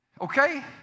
Okay